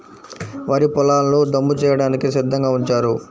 వరి పొలాల్ని దమ్ము చేయడానికి సిద్ధంగా ఉంచారు